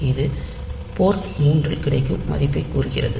இது போர்ட் 3 இல் கிடைக்கும் மதிப்பைக் கூறுகிறது